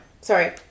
sorry